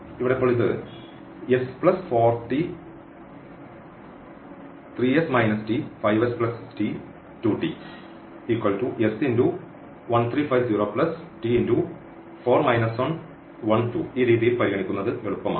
ഇവിടെ ഇപ്പോൾ ഇത് t ഈ രീതിയിൽ പരിഗണിക്കുന്നത് എളുപ്പമാണ്